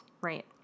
right